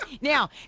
Now